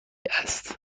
است